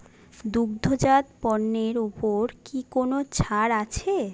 দুগ্ধজাত পণ্যের ওপর কি কোনো ছাড় আছে